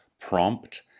prompt